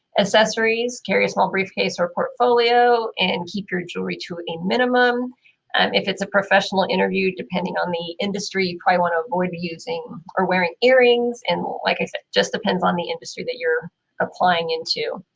accessories. carry a small briefcase or portfolio and keep your jewelry to a minimum. and if it's a professional interview, depending on the industry, you probably want avoid using or wearing earrings. and like i said just depends on the industry that you're applying into.